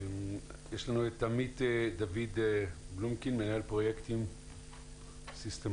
עמית דוד בלומקין מנהל פרויקטים בסיסטם